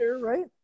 right